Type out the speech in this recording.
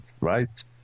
right